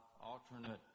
alternate